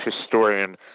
historian